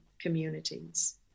communities